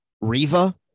Riva